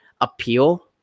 appeal